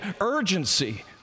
urgency